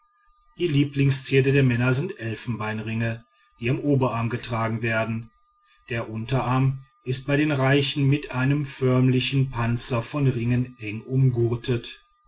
die lieblingszierde der männer sind elfenbeinringe die am oberarm getragen werden der unterarm ist bei den reichen mit einem förmlichen panzer von ringen eng umgürtet